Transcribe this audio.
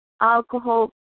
Alcohol